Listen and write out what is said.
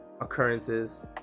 occurrences